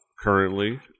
currently